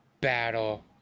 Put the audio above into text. battle